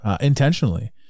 intentionally